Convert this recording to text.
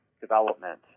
development